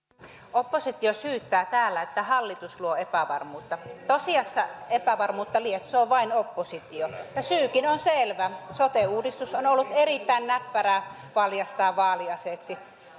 oppositio syyttää täällä että hallitus luo epävarmuutta tosiasiassa epävarmuutta lietsoo vain oppositio ja syykin on selvä sote uudistus on ollut erittäin näppärää valjastaa vaaliaseeksi